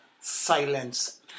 Silence